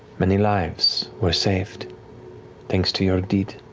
many lives were saved thanks to your deed.